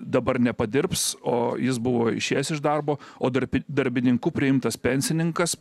dabar nepadirbs o jis buvo išėjęs iš darbo o darbi darbininku priimtas pensininkas